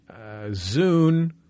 Zune